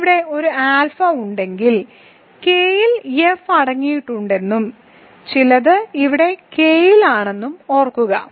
നിങ്ങൾക്ക് ഇവിടെ ഒരു ആൽഫ ഉണ്ടെങ്കിൽ K യിൽ F അടങ്ങിയിട്ടുണ്ടെന്നും ചിലത് ഇവിടെ K യിലാണെന്നും ഓർക്കുക